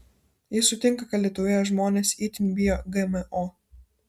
ji sutinka kad lietuvoje žmonės itin bijo gmo